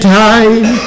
time